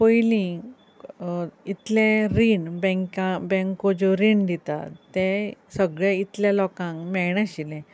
पयलीं इतलें रीण बेंका बेंको ज्यो रीण दिता ते सगळे इतले लोकांक मेळनाशिल्लें